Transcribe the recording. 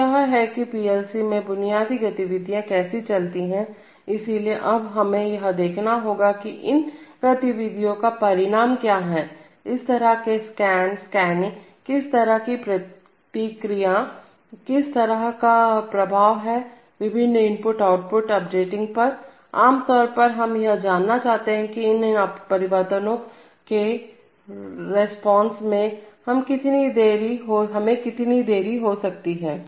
तो यह है कि पीएलसी में बुनियादी गतिविधियां कैसे चलती हैं इसलिए अब हमें यह देखना होगा कि इन गतिविधियों का परिणाम क्या है इस तरह के स्कैन स्कैनिंग किस तरह की प्रतिक्रिया किस तरह का प्रभाव है विभिन्न इनपुट और आउटपुट अपडेटिंग पर आमतौर पर हम यह जानना चाहते हैं कि इनपुट परिवर्तन के रिस्पांस में हमे कितनी देरी हो सकती हैं